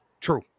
True